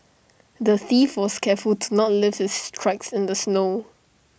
the thief was careful to not leave his tracks in the snow